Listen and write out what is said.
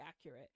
accurate